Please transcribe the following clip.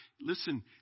Listen